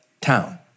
town